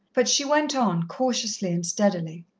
but she went on, cautiously and steadily.